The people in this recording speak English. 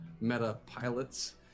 meta-pilots